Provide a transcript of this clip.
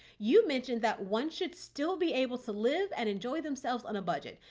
you mentioned that one should still be able to live and enjoy themselves on a budget.